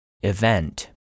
Event